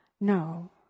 No